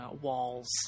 walls